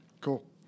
Cool